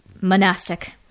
Monastic